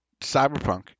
Cyberpunk